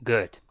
Good